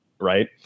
Right